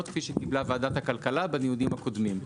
כפי שקיבלה ועדת הכלכלה בדיונים הקודמים.